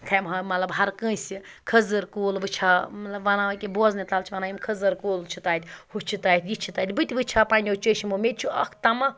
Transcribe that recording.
ہٮ۪مہٕ ہا مطلب ہرکٲنٛسہِ خٔزٕر کُل وٕچھِ ہا مطلب وَنان کہِ بوزنہٕ تَل چھِ وَنان یِم خٔزٕر کُل چھِ تَتہِ ہُہ چھِ تَتہِ یہِ چھِ تَتہِ بہٕ تہِ وٕچھِ ہا پنٛنیو چٔشمو مےٚ تہِ چھُ اَکھ تَماہ